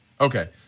Okay